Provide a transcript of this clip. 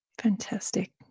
fantastic